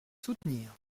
soutenir